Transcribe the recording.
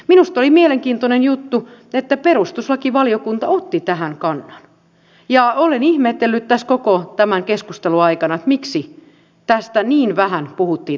minusta oli mielenkiintoinen juttu että perustuslakivaliokunta otti tähän kannan ja olen ihmetellyt koko tämän keskustelun aikana miksi tästä niin vähän puhuttiin tässä salissa